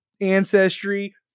ancestry